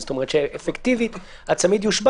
כדי לדעת למי להגיע ואת מי לבדוק.